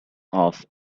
off